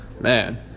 man